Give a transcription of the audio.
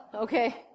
Okay